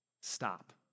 stop